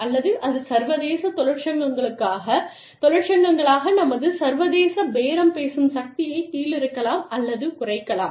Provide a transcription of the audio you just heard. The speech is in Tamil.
அல்லது அது சர்வதேச தொழிற்சங்கங்களாக நமது சர்வதேச பேரம் பேசும் சக்தியைக் கீழிறக்கலாம் அல்லது குறைக்கலாம்